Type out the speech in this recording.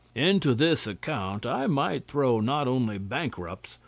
into this account i might throw not only bankrupts,